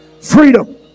freedom